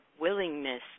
willingness